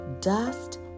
dust